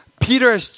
Peter